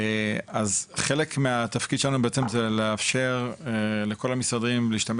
חלק מהתפקיד שלנו בעצם זה לאפשר לכל המשרדים להשתמש